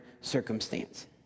circumstance